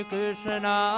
Krishna